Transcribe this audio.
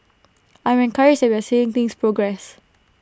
I'm encouraged that we're seeing things progress